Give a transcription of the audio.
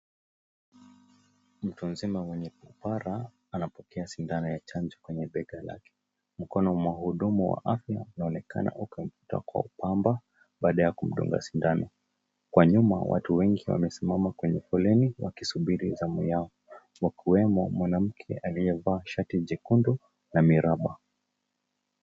Mtu mzima mwenye upara sindano ya chanjo kwenye bega lake, mkono wa mhudumu wa afya unaonekana uki mtoa kwa upamba baada ya kumdunga sindano, kwa nyuma watu wengi wamesimama kwenye foleni wakisubiri zamu yao, wakiwemo mwanamke aliyevaa shati jekundu la miraba.